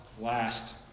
last